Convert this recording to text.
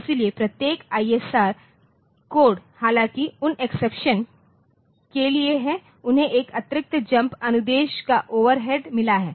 इसलिए प्रत्येक ISR code हालांकि उन एक्सेप्शन के लिए है उन्हें एक अतिरिक्त जम्प अनुदेश का ओवरहेड मिला है